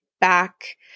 back